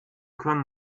können